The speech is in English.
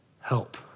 Help